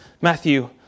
Matthew